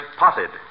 potted